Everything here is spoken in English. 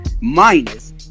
minus